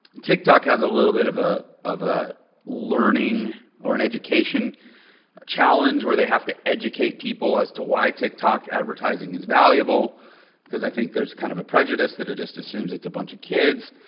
tiktok has a little bit of a, of a learning or an education challenge where they have to educate people as to why tiktok advertising is valuable because i think there's kind of a prejudice that it just assumes it's a bunch of kids.